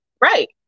right